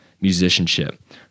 musicianship